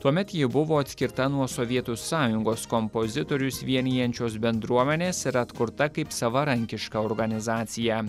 tuomet ji buvo atskirta nuo sovietų sąjungos kompozitorius vienijančios bendruomenės ir atkurta kaip savarankiška organizacija